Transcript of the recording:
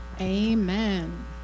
amen